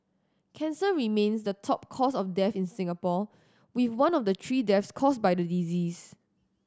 cancer remains the top cause of death in Singapore with one of the three deaths caused by the disease